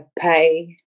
pay